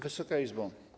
Wysoka Izbo!